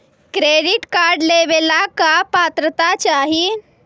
Credit card लेवेला का पात्रता चाही?